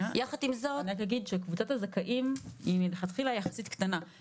יחד עם את --- אני רק אגיד שקבוצת הזכאים היא מלכתחילה יחסית קטנה.